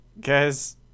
guys